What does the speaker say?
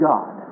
God